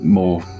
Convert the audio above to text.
more